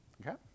okay